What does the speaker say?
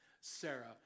Sarah